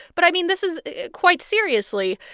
but i mean, this is quite seriously,